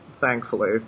thankfully